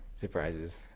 Surprises